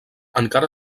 encara